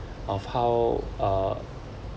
of how uh